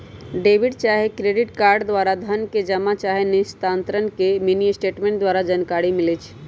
debit चाहे credit card द्वारा धन जमा चाहे निस्तारण के मिनीस्टेटमेंट द्वारा जानकारी मिलइ छै